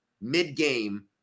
mid-game